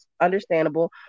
understandable